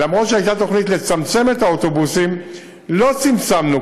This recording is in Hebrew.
אף שהייתה תוכנית לצמצם את האוטובוסים, לא צמצמנו.